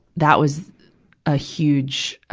that was a huge, ah,